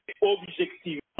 objectivement